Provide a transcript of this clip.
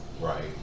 Right